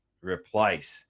replace